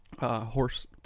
horse